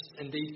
Indeed